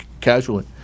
casually